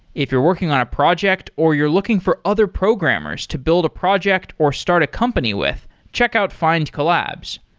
if you're working on a project or you're looking for other programmers to build a project or start a company with, check out findcollabs.